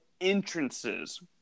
entrances